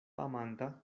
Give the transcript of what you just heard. amanta